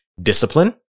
discipline